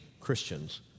Christians